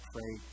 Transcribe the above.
Pray